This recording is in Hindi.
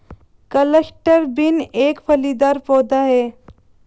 क्लस्टर बीन एक फलीदार पौधा है